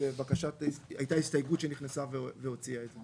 הייתה הסתייגות שנתקבלה והוציאה את זה